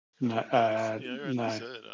No